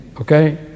okay